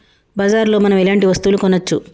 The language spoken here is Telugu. బజార్ లో మనం ఎలాంటి వస్తువులు కొనచ్చు?